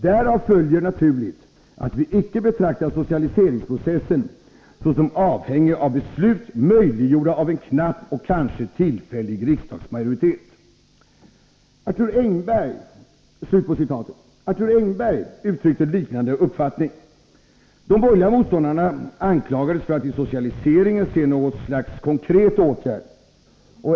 Därav följer naturligt, att vi icke betrakta socialiseringsprocessen såsom avhängig av beslut, möjliggjorda av en knapp och kanske tillfällig riksdagsmajoritet.” Arthur Engberg uttryckte en liknande uppfattning. De borgerliga motståndarna anklagades för att i socialiseringen se något slags konkret åtgärd.